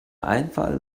einfall